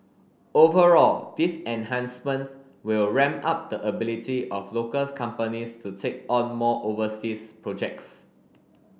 overall these enhancements will ramp up the ability of locals companies to take on more overseas projects